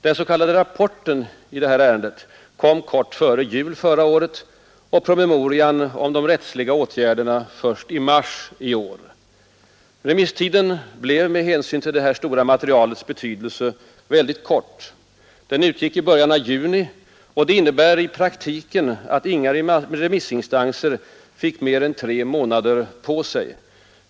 Den s.k. rapporten i ärendet kom kort före jul förra året och promemorian om de rättsliga åtgärderna först i mars i år. Remisstiden blev med hänsyn till det stora materialets betydelse mycket kort. Den utgick i början av juni, vilket i praktiken innebar att inga remissinstanser fick mer än tre månader på sig.